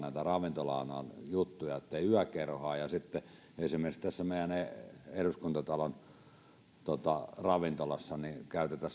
näitä ravintola alan juttuja niin ettei yökerhossa ja esimerkiksi tässä meidän eduskuntatalon ravintolassa käytetä